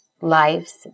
lives